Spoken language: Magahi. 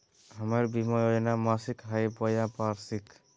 हमर बीमा योजना मासिक हई बोया वार्षिक?